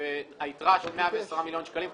שהיתרה של 110 מיליון שקלים,